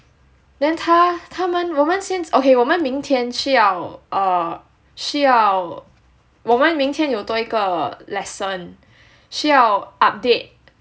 then 他他们我们 okay 我们明天需要 err 需要我们明天有多一个 lesson 需要 update